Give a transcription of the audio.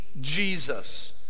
Jesus